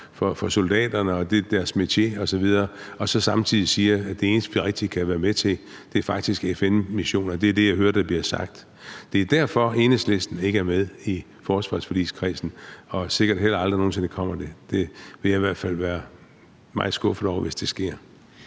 og siger, det er deres metier osv., og så samtidig siger, at det eneste, man rigtig kan være med til, er faktisk FN-missioner. Det er det, jeg hører der bliver sagt. Det er derfor, Enhedslisten ikke er med i forsvarsforligskredsen og sikkert heller aldrig nogen sinde kommer det. Det vil jeg i hvert fald blive meget skuffet over, hvis det sker.